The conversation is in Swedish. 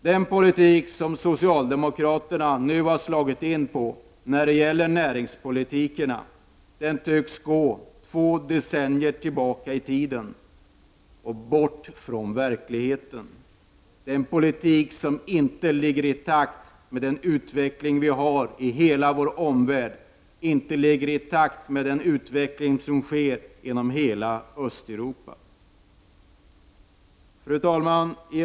Den näringspolitik som socialdemokraterna har slagit in på tycks gå två decennier tillbaka i tiden och bort från verkligheten. Det är en politik som inte ligger i takt med den utveckling vi har i hela vår omvärld, och inte i takt med den utveckling som sker inom hela Östeuropa. Fru talman!